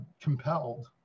compelled